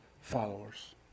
followers